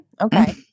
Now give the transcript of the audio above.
Okay